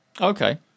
Okay